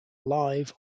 live